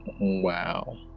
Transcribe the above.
Wow